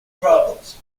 problems